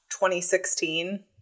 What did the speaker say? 2016